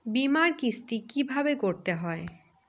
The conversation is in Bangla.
বিমার কিস্তি কিভাবে করতে হয়?